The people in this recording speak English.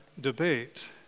debate